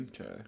Okay